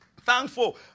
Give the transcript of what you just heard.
thankful